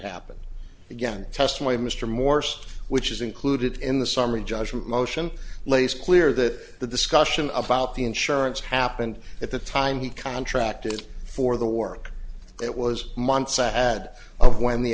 happened again testimony of mr morse which is included in the summary judgment motion lays clear that the discussion about the insurance happened at the time he contracted for the work it was months ahead of when the